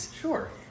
Sure